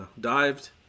dived